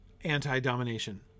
anti-domination